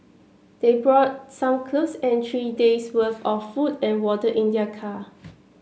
they brought some clothes and three days' worth of food and water in their car